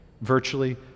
virtually